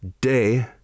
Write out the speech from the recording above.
day